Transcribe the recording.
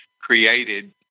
created